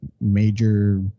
major